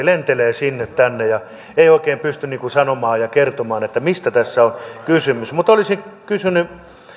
lentelevät sinne tänne ja eivät oikein pysty sanomaan ja kertomaan mistä tässä on kysymys mutta olisin kysynyt